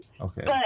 Okay